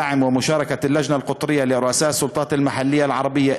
בשיתוף עם הוועד הארצי של ראשי הרשויות המקומיות הערביות,